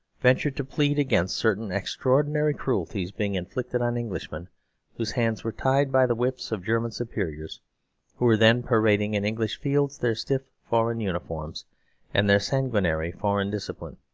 ventured to plead against certain extraordinary cruelties being inflicted on englishmen whose hands were tied, by the whips of german superiors who were then parading in english fields their stiff foreign uniforms and their sanguinary foreign discipline.